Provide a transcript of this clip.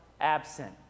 absent